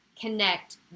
connect